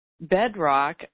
bedrock